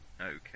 Okay